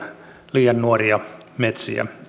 liian nuoria metsiä